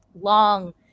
long